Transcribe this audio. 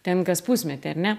ten kas pusmetį ar ne